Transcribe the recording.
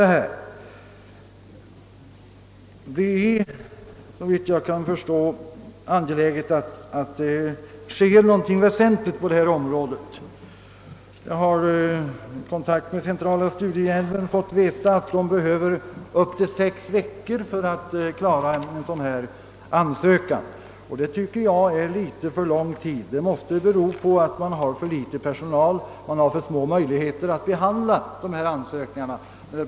Det är mycket angeläget att något väsentligt sker på detta område. Vid kontakt med centrala studiehjälpsnämnden har jag fått veta att man där behöver upp till sex veckor för att behandla en ansökan, och det tycker jag är för lång tid. Det måste bero på att nämnden har för liten personal och för små möjligheter att behandla ansökningarna.